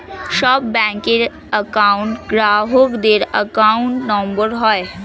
সব ব্যাঙ্কের একউন্ট গ্রাহকদের অ্যাকাউন্ট নম্বর হয়